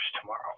tomorrow